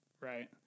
right